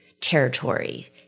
territory